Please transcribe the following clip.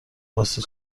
واسه